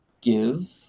give